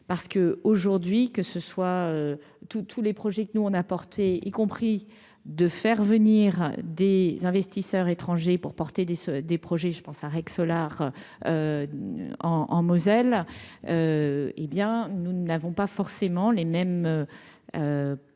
parce que, aujourd'hui, que ce soit tous tous les projets que nous on apporté, y compris de faire venir des investisseurs étrangers pour porter des se des projets je pense Arreckx Solar en en Moselle, hé bien, nous n'avons pas forcément les mêmes procédures